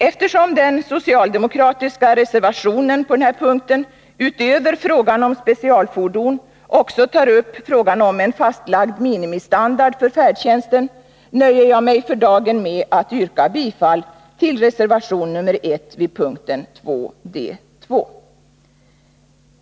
Eftersom den socialdemokratiska reservationen på denna punkt utöver frågan om specialfordon även tar upp frågan om en fastlagd minimistandard för färdtjänsten nöjer jag mig för dagen med att yrka bifall till reservation nr 1 vid punkten 2, D 2.